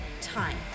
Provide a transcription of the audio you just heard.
time